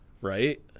right